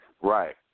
Right